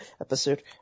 episode